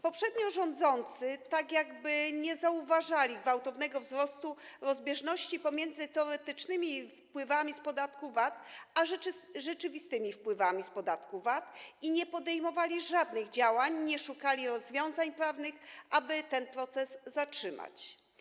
Poprzednio rządzący tak jakby nie zauważali gwałtownego wzrostu rozbieżności pomiędzy teoretycznymi a rzeczywistymi wpływami z podatku VAT ani nie podejmowali żadnych działań, nie szukali rozwiązań prawnych, aby ten proces zatrzymać.